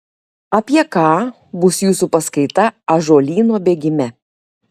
apie ką bus jūsų paskaita ąžuolyno bėgime